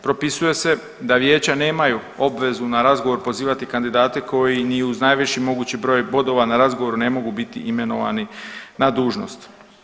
Propisuje se da vijeća nemaju obvezu na razgovor pozivati kandidate koji ni uz najviši mogući broj bodova na razgovoru ne mogu biti imenovani na dužnost.